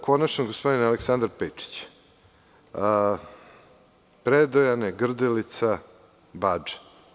Konačno, gospodin Aleksandar Pejčić, pitanje Predejane, Grdelice, Badža.